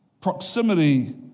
Proximity